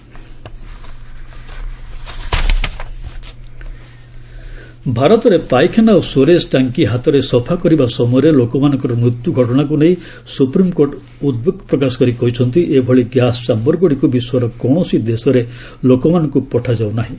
SC scavenging ଭାରତରେ ପାଇଖାନା ଓ ସ୍ୱେରେଜ୍ ଟାଙ୍କି ହାତରେ ସଫା କରିବା ସମୟରେ ଲୋକମାନଙ୍କର ମୃତ୍ୟୁ ଘଟଣାକୁ ନେଇ ସୁପ୍ରିମ୍କୋର୍ଟ ଉଦ୍ବେଗ ପ୍ରକାଶ କରି କହିଛନ୍ତି ଏଭଳି ଗ୍ୟାସ୍ ଚାମ୍ପର୍ଗୁଡ଼ିକୁ ବିଶ୍ୱର କୌଣସି ଦେଶରେ ଲୋକମାନଙ୍କୁ ପଠାଯାଉ ନାହିଁ